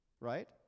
right